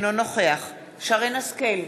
אינו נוכח שרן השכל,